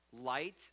Light